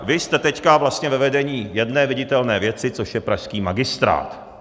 Vy jste teď ve vedení jedné viditelné věci, což je pražský magistrát.